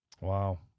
Wow